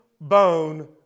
bone